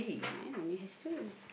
mine only has two